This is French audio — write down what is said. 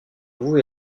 vous